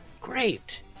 Great